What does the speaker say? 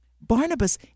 Barnabas